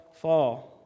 fall